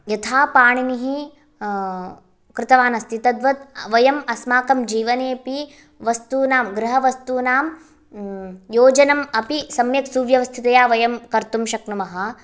तत्र यथा पणीनिः कृतवान् अस्ति तद्वत् वयं अस्माकं जीवनेऽपि वस्तूनां गृह वस्तूनां योजनम् अपि सम्यक् सुव्यवस्थितया वयं कर्तुं शक्नुमः